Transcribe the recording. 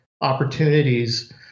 opportunities